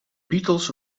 beatles